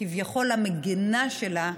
הכביכול-מגינה שלה.